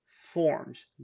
forms